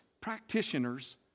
practitioners